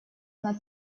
над